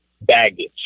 baggage